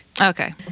Okay